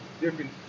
different